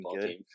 good